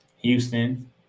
Houston